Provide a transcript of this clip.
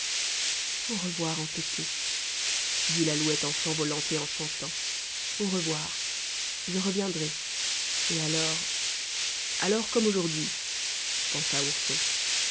au revoir entêté dit l'alouette en s'envolant et en chantant au revoir je reviendrai et alors alors comme aujourd'hui pensa ourson